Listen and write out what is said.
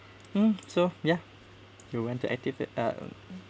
mm so ya you went to active it uh